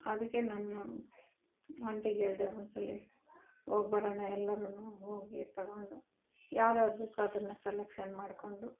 ಅದಕ್ಕೆ ನನ್ನ ಆಂಟಿಗೇಳಿದೆ ಒಂದ್ಸಲ ಹೋಗ್ಬರೊಣ ಎಲ್ಲರು ಹೋಗಿ ತಗೊಂಡು ಯಾವ್ದು ಯಾವ್ದು ಬೇಕೊ ಅದನ್ನು ಸೆಲೆಕ್ಷನ್ ಮಾಡಿಕೊಂಡು